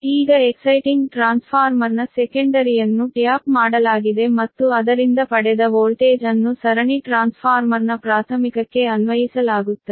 ಈಗ ಎಕ್ಸೈಟಿಂಗ್ ಟ್ರಾನ್ಸ್ಫಾರ್ಮರ್ನ ಸೆಕೆಂಡರಿಯನ್ನು ಟ್ಯಾಪ್ ಮಾಡಲಾಗಿದೆ ಮತ್ತು ಅದರಿಂದ ಪಡೆದ ವೋಲ್ಟೇಜ್ ಅನ್ನು ಸರಣಿ ಟ್ರಾನ್ಸ್ಫಾರ್ಮರ್ನ ಪ್ರಾಥಮಿಕಕ್ಕೆ ಅನ್ವಯಿಸಲಾಗುತ್ತದೆ